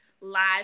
live